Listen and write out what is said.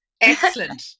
Excellent